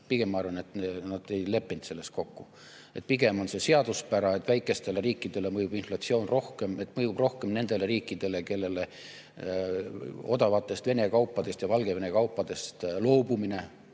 pigem ma arvan, et nad ei leppinud selles kokku. Pigem on see seaduspära, et väikestele riikidele mõjub inflatsioon rohkem, see mõjub rohkem nendele riikidele, kellele odavatest Venemaa ja Valgevenega kaupadest loobumine